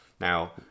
now